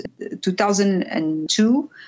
2002